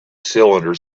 cylinder